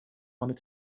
wanted